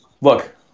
Look